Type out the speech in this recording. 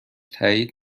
تأیید